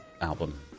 Album